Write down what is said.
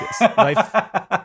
Life